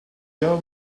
tell